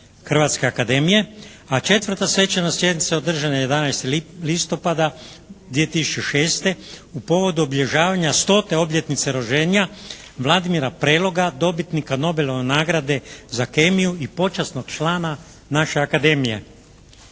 Hrvatske akademije. A četvrta Svečana sjednica održana je 11. listopada 2006. u povodu obilježavanja 100. obljetnice rođenja Vladimira Preloga, dobitnika Nobelove nagrade za kemiju i počasnog člana naše Akademije.